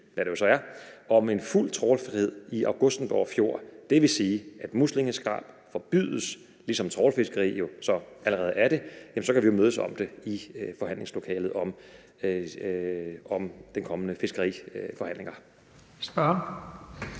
hvad det jo så er, om en fuld trawlfrihed i Augustenborg Fjord – det vil sige, at muslingeskrab forbydes, ligesom trawlfiskeri jo så allerede er det – kan vi jo mødes om det i forhandlingslokalet i de kommende fiskeriforhandlinger.